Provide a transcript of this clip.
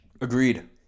Agreed